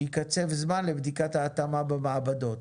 שייקצב זמן לבדיקת ההתאמה במעבדות.